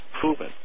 proven